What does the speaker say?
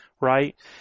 right